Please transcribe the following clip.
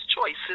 choices